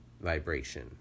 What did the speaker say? vibration